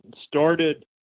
started